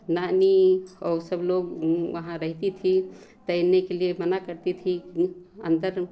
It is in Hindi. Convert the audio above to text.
नानी और सब लोग वहाँ रहती थी तैरने के लिए मना करती थी अंदर